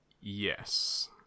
yes